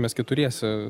mes keturiese